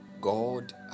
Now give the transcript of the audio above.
God